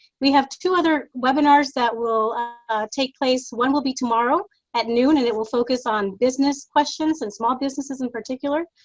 we have two other webinars that will take place. one will be tomorrow at noon and it will focus on business questions, and small businesses in particular.